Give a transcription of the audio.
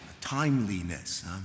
timeliness